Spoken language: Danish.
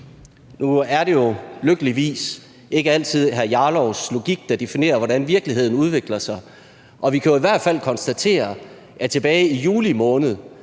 Nu er det jo lykkeligvis ikke altid hr. Rasmus Jarlovs logik, der definerer, hvordan virkeligheden udvikler sig, og vi kan jo i hvert fald konstatere, at det tilbage i juli måned